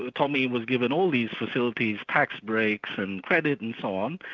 tommy was given all these facilities, tax breaks, and credit and so on,